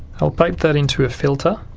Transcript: i'll pipe that into a filter